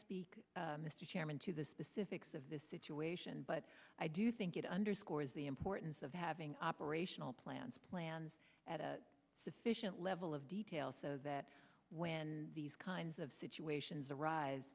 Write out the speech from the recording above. speak mr chairman to the specifics of this situation but i do think it underscores the importance of having operational plans plans at a sufficient level of detail so that when these kinds of situations ar